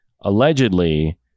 allegedly